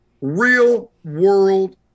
real-world